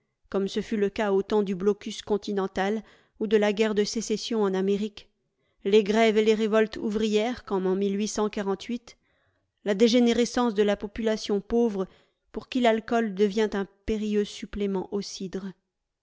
comme ce fut le cas au temps du blocus continental ou de la guerre de sécession en amérique les grèves et les révoltes ouvrières comme en la dégénérescence de la population pauvre pour qui l'alcool devient un périlleux supplément au cidre